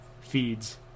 feeds